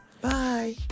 Bye